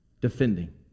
Defending